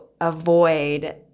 avoid